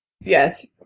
Yes